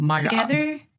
together